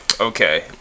okay